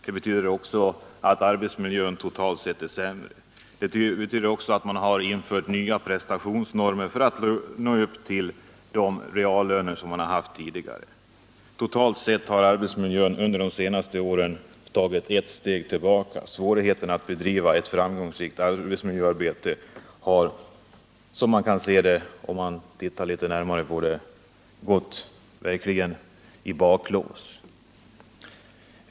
Det betyder också att arbetsmiljön totalt sett är sämre. Man har även infört nya prestationsnormer för att nå upp till tidigare reallöner. Totalt sett har arbetsmiljön under de senaste åren tagit ett steg tillbaka. Svårigheterna att bedriva ett framgångsrikt arbetsmiljöarbete har, som man kan upptäcka om man ser närmare på det, verkligen gått i baklås.